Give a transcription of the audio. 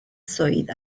swydd